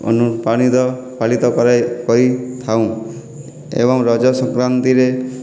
ଅନୁପ୍ରାଣିତ ପାଳିତ କରେ କରି ଥାଉଁ ଏବଂ ରଜ ସଂକ୍ରାନ୍ତିରେ